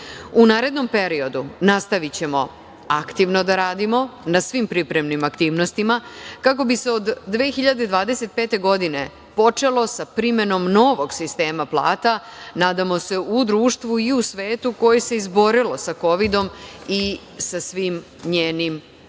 narednom periodu nastavićemo aktivno da radimo na svim pripremnim aktivnostima kako bi se od 2025. godine počelo sa primenom novog sistema plata, nadamo se u društvu i u svetu koje se izborilo sa Kovidom i sa svim njenim